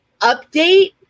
update